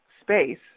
space